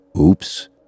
Oops